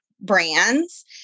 Brands